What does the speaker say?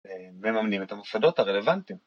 ‫מממנים את המוסדות הרלוונטיים.